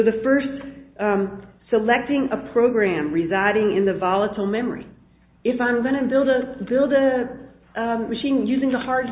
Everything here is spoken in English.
the first selecting a program residing in the volatile memory if i'm going to build a build a machine using the hard